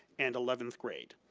and eleventh grade.